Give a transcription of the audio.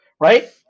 right